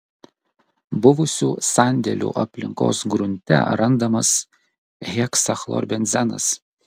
buvusių sandėlių aplinkos grunte randamas heksachlorbenzenas